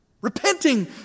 Repenting